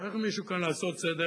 צריך מישהו כאן לעשות סדר.